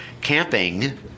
camping